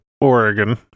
Oregon